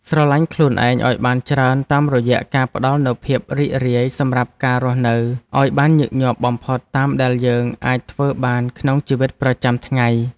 ស្រឡាញ់ខ្លួនឯងឱ្យបានច្រើនតាមរយៈការផ្ដល់នូវភាពរីករាយសម្រាប់ការរស់នៅឱ្យបានញឹកញាប់បំផុតតាមដែលយើងអាចធ្វើបានក្នុងជីវិតប្រចាំថ្ងៃ។